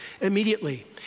immediately